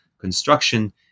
construction